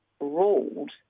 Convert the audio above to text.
ruled